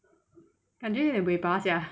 感觉有点 sia